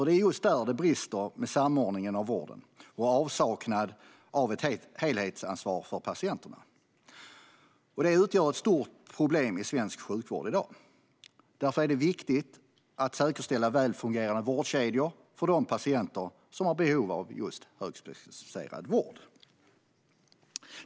Det är just där det brister, alltså när det gäller samordning av vården och avsaknad av ett helhetsansvar för patienterna. Det utgör ett stort problem i svensk sjukvård i dag. Därför är det viktigt att säkerställa välfungerande vårdkedjor för de patienter som har behov av just högspecialiserad vård.